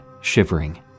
shivering